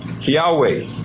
Yahweh